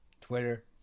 Twitter